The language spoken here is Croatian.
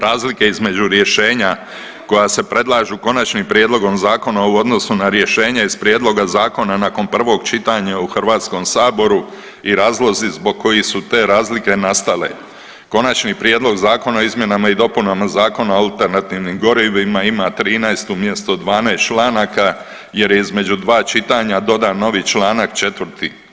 Razlike između rješenja koja se predlažu konačnim prijedlogom zakona u odnosu na rješenja iz prijedloga zakona nakon prvog čitanja u Hrvatskom saboru i razlozi zbog kojih su te razlike nastale Konačni prijedlog zakona o izmjenama i dopunama Zakona o alternativnim gorivima ima 13 umjesto 12 članaka, jer je između dva čitanja dodan novi članak četvrti.